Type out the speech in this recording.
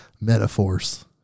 metaphors